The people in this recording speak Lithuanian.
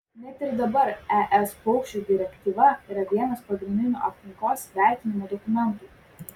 net ir dabar es paukščių direktyva yra vienas pagrindinių aplinkos vertinimo dokumentų